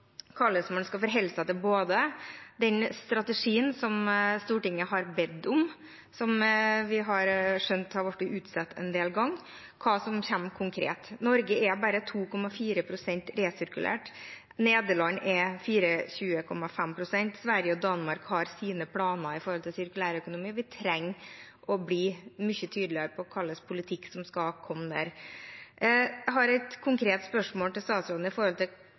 hvordan man skal forholde seg til både den strategien som Stortinget har bedt om, som vi har skjønt har blitt utsatt en del ganger, og hva som kommer konkret. Norge er bare 2,4 pst. resirkulert – Nederland er 24,5 pst. resirkulert. Sverige og Danmark har sine planer for sirkulær økonomi. Vi trenger å bli mye tydeligere på hva slags politikk som skal komme om dette. Jeg har et konkret spørsmål til statsråden: Hvordan skal Norge forholde seg til